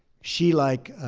she, like